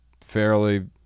fairly